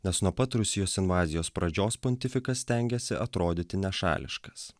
nes nuo pat rusijos invazijos pradžios pontifikas stengėsi atrodyti nešališkas